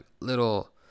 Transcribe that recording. little